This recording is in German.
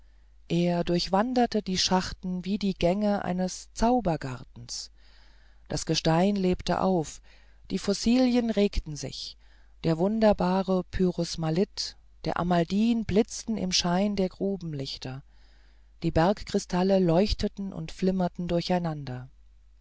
er durchwanderte die schachten wie die gänge eines zaubergartens das gestein lebte auf die fossile regten sich der wunderbare pyrosmalith der almandin blitzten im schein der grubenlichter die bergkristalle leuchteten und flimmerten durcheinander